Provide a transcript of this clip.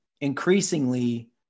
Increasingly